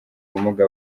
ubumuga